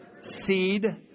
seed